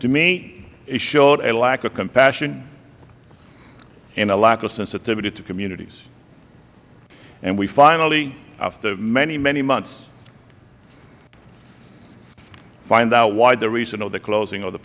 to me it showed a lack of compassion and a lack of sensitivity to communities and we finally after many many months find out why the reason of the closing of th